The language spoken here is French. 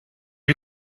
vue